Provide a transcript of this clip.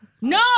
No